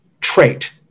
trait